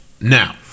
now